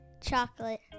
Chocolate